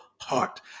heart